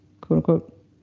quote-unquote